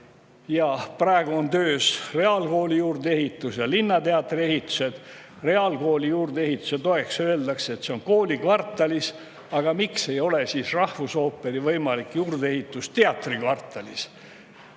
Ja praegu on töös reaalkooli juurdeehitus ja linnateatri ehitus. Reaalkooli juurdeehituse toeks öeldakse, et see on kooli kvartalis. Aga miks ei ole rahvusooperi juurdeehitus võimalik teatri kvartalis: